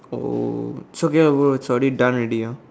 oh it's okay ah bro it's already done already ah